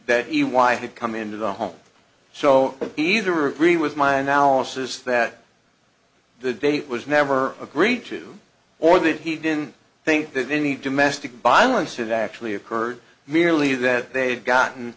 that he why he'd come into the home so either agree with my analysis that the date was never agreed to or that he didn't think that any domestic violence it actually occurred merely that they'd gotten